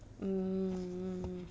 hmm